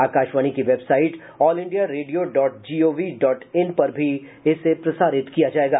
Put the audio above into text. आकाशवाणी की website All India Radio dot gov dot in पर भी इसे प्रसारित किया जाएगा